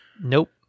nope